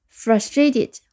frustrated